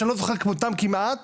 שאני לא זוכר כמותם כמעט